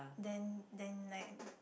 then then like